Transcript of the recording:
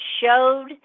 showed